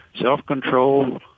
self-control